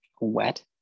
wet